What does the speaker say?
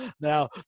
now